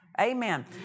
Amen